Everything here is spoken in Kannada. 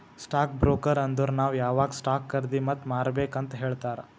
ಸ್ಟಾಕ್ ಬ್ರೋಕರ್ ಅಂದುರ್ ನಾವ್ ಯಾವಾಗ್ ಸ್ಟಾಕ್ ಖರ್ದಿ ಮತ್ ಮಾರ್ಬೇಕ್ ಅಂತ್ ಹೇಳ್ತಾರ